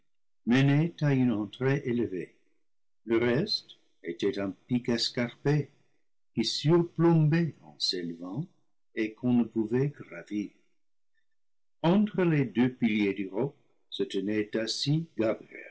à une entrée élevée le reste était un pic escarpé qui surplombait en s'élevant et qu'on ne pouvait gravir entre les deux piliers du roc se tenait assis